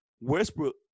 Westbrook